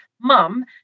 mum